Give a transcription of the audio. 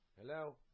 Hello